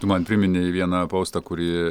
tu man priminei vieną postą kurį